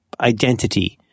identity